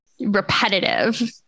repetitive